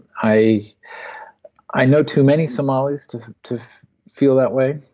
i i know too many somalis to to feel that way,